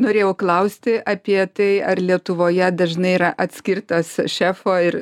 norėjau klausti apie tai ar lietuvoje dažnai yra atskirtas šefo ir